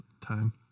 time